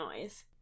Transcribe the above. noise